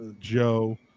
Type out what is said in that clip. Joe